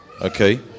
Okay